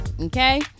Okay